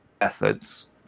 methods